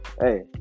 hey